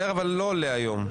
אבל זה לא עולה היום.